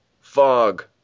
Fog